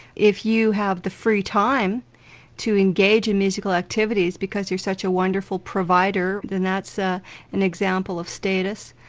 if you have the free time to engage in musical activities because you're such a wonderful provider, then that's ah an example of status.